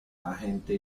agente